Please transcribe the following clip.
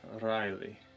Riley